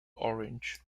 orange